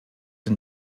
der